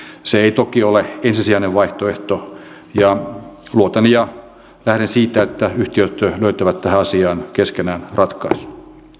se ei toki ole ensisijainen vaihtoehto ja luotan siihen ja lähden siitä että yhtiöt löytävät tähän asiaan keskenään ratkaisun